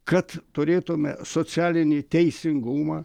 kad turėtume socialinį teisingumą